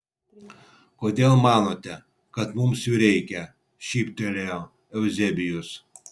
kodėl manote kad mums jų reikia šyptelėjo euzebijus